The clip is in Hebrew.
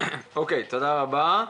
תודה רבה.